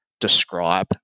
describe